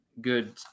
good